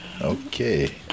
Okay